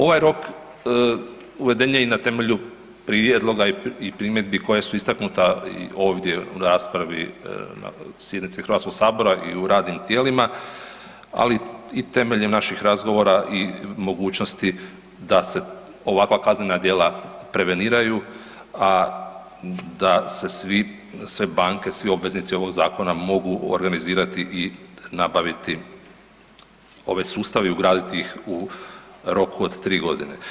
Ovaj rok uveden je i na temelju prijedloga i primjedbi koje su istaknuta ovdje na raspravi na sjednici Hrvatskog sabora i u radnim tijelima, ali i temeljem naših razgovora i mogućnosti da se ovakva kaznena djela preveniraju a da se sve banke, svi obveznici ovog zakona mogu organizirati i nabaviti ove sustave i ugraditi iz u roku od 3 godine.